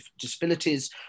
disabilities